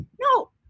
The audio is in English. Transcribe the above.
no